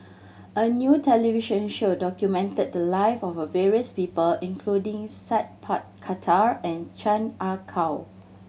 a new television show documented the live of various people including Sat Pal Khattar and Chan Ah Kow